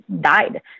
died